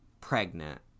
pregnant